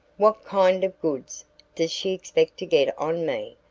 what kind of goods does she expect to get on me?